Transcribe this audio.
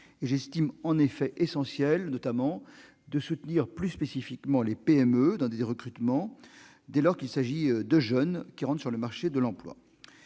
J'estime essentiel de soutenir plus spécifiquement les PME dans leurs recrutements dès lors qu'il s'agit de jeunes qui entrent sur le marché de l'emploi.